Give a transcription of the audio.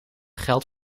geld